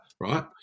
right